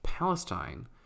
Palestine